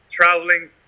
traveling